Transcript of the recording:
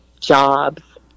jobs